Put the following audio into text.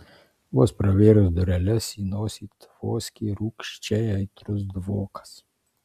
vos pravėrus dureles į nosį tvoskė rūgščiai aitrus dvokas